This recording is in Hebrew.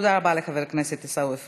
תודה רבה לחבר הכנסת עיסאווי פריג'.